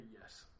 yes